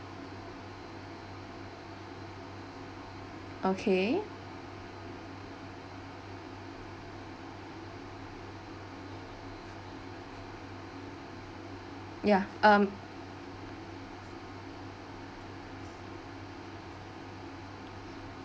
okay ya um